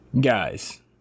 Guys